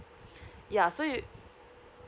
yeah so you